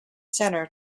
center